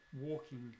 walking